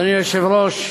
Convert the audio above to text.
אדוני היושב-ראש,